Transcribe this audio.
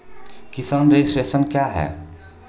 किसान रजिस्ट्रेशन क्या हैं?